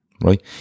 right